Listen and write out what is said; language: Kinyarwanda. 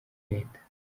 leta